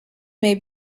may